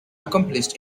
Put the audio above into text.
accomplished